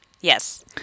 Yes